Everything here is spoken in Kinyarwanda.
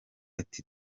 ati